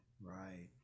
right